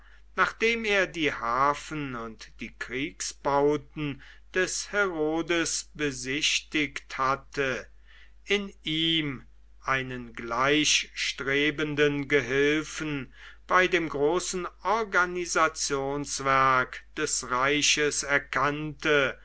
nachdem er die hafen und die kriegsbauten des herodes besichtigt hatte in ihm einen gleichstrebenden gehilfen bei dem großen organisationswerk des reiches erkannte